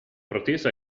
protesa